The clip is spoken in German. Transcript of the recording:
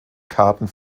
karten